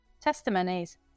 testimonies